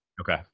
Okay